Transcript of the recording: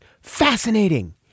fascinating